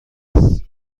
است